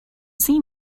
see